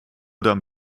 oder